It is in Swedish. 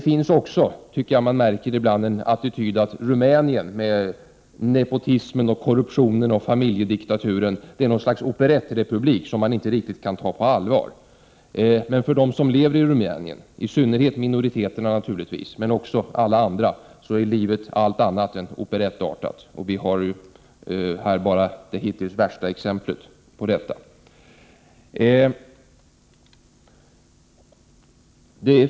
Jag tycker mig ibland också märka attityden att Rumänien — med nepotismen, korruptionen och familjediktaturen — är ett slags operettrepublik som man inte riktigt kan ta på allvar. Men för dem som lever i Rumänien, isynnerhet minoriteterna naturligtvis men också alla andra, är livet allt annat än operettartat. Vi har här bara det hittills värsta exemplet på detta.